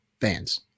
fans